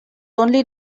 only